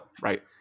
right